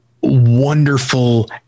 wonderful